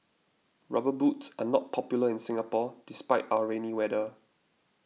rubber boots are not popular in Singapore despite our rainy weather